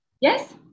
Yes